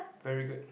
very good